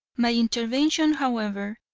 my intervention, however,